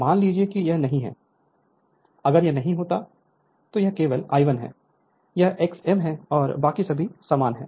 मान लीजिए कि यह नहीं है अगर यह नहीं है तो यह केवल I1 है यह Xm है और बाकी सभी समान हैं